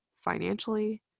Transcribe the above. Financially